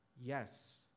Yes